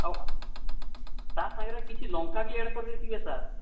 ଆଉ ତା ସାଙ୍ଗରେ କିଛି ଲଙ୍କା ବି ଆଡ଼୍ କରିଦେଇଥିବେ ସାର୍